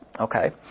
Okay